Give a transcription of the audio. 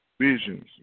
visions